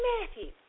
Matthew